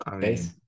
Base